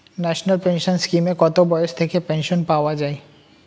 National pension স্কিমে কত বয়স থেকে পেনশন পাওয়া যায়?